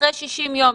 אחרי 60 ימים,